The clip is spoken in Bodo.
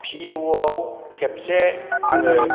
पि इउआव खेबसे आङो